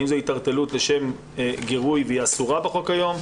האם זאת התערטלות לשם גירוי והיא אסורה בחוק היום?